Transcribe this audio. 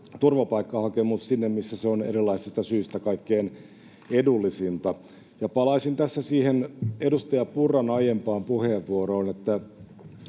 turvapaikkahakemus sinne, missä se on erilaisista syistä kaikkein edullisinta. Palaisin tässä siihen edustaja Purran aiempaan puheenvuoroon, että